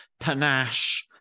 panache